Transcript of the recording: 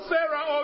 Sarah